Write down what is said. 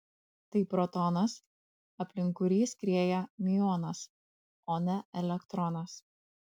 tai protonas aplink kurį skrieja miuonas o ne elektronas